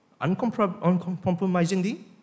uncompromisingly